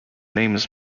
names